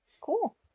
Cool